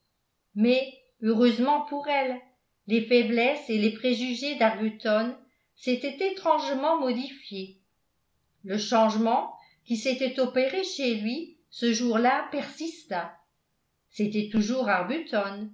mais heureusement pour elle les faiblesses et les préjugés d'arbuton s'étaient étrangement modifiés le changement qui s'était opéré chez lui ce jour-là persista c'était toujours arbuton